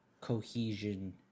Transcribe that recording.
cohesion